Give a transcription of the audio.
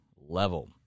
level